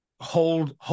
hold